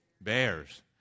bears